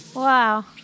Wow